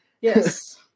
Yes